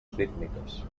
rítmiques